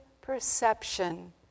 perception